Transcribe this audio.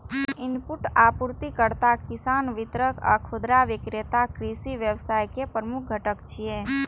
input आपूर्तिकर्ता, किसान, वितरक आ खुदरा विक्रेता कृषि व्यवसाय के प्रमुख घटक छियै